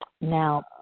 Now